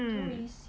um